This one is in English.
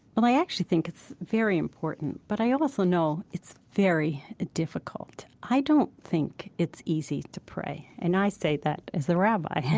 well, i actually think it's very important, but i also know it's very difficult. i don't think it's easy to pray, and i say that as the rabbi.